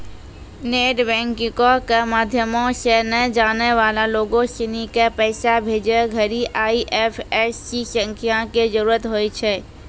net बैंकिंगो के माध्यमो से नै जानै बाला लोगो सिनी के पैसा भेजै घड़ि आई.एफ.एस.सी संख्या के जरूरत होय छै